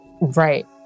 right